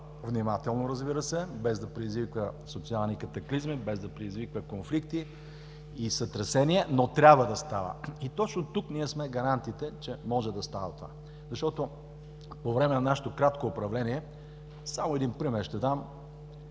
внимателно, без да предизвиква социални катаклизми, без да предизвиква конфликти и сътресения, но трябва да става. И точно тук ние сме гарантите, че това може да става. За времето на нашето кратко управление ще дам един пример: